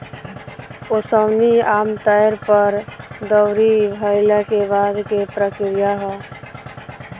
ओसवनी आमतौर पर दौरी भईला के बाद के प्रक्रिया ह